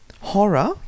Horror